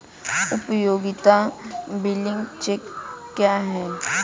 उपयोगिता बिलिंग चक्र क्या है?